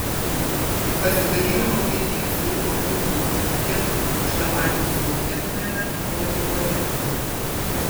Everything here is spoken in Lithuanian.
pasidalijo vokietijos lidl kvitu kiek už tą patį sumokėtumėme lietuvoje